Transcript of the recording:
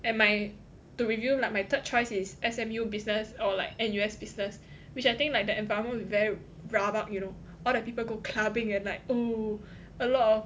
and my to reveal lah my third choice is S_M_U business or like N_U_S business which I think like the environment will be very rabak you know all the people go clubbing and like oh a lot of